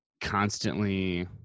constantly